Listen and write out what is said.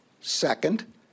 Second